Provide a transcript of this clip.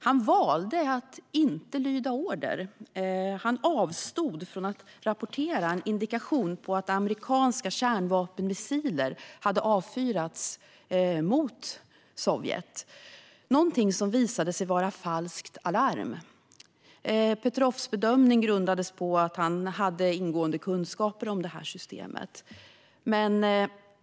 Han valde att inte lyda order och avstod från att rapportera en indikation på att amerikanska kärnvapenmissiler hade avfyrats mot Sovjet. Detta visade sig vara falskt alarm. Petrovs bedömning grundades på att han hade ingående kunskaper om detta system.